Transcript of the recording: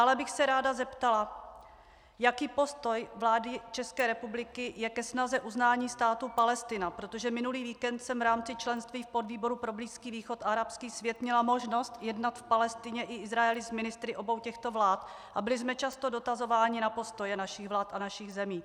Dále bych se ráda zeptala, jaký je postoj vlády České republiky ke snaze o uznání Státu Palestina, protože minulý víkend jsem v rámci členství v podvýboru pro Blízký východ a arabský svět měla možnost jednat v Palestině i Izraeli s ministry obou těchto vlád a byli jsme často dotazováni na postoje našich vlád a našich zemí.